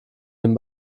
den